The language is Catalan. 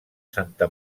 santa